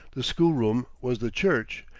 the school-room was the church.